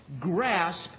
grasp